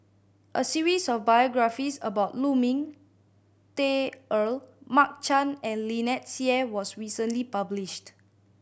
a series of biographies about Lu Ming Teh Earl Mark Chan and Lynnette Seah was recently published